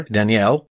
Danielle